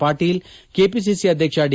Patil KPCC ಅಧ್ಯಕ್ಷ D